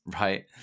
right